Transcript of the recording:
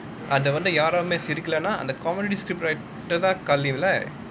அத வந்து யாருமே சிரிக்கலைனா அந்த:atha vanthu yaarumae sirikkalainaa antha comedy script writer தான் காரணம்ல:thaan kaaranamla